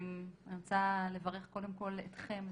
אני רוצה לברך קודם כל אתכם,